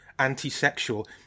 anti-sexual